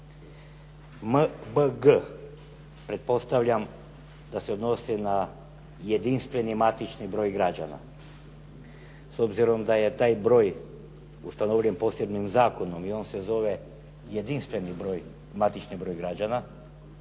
MBG, pretpostavljam da se odnosi na jedinstveni matični broj građana. S obzirom da je taj broj ustanovljen posebnim zakonom i on se zove jedinstveni matični broj građana,